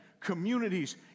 communities